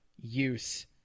use